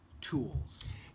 tools